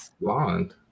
blonde